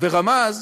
ורמז